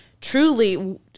truly